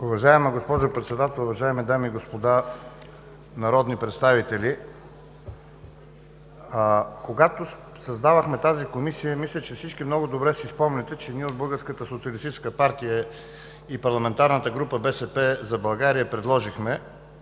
Уважаема госпожо Председател, уважаеми дами и господа народни представители! Когато създавахме тази Комисия, мисля, че всички много добре си спомняте, че ние от Българската социалистическа партия, парламентарната група на „БСП за България“ предложихме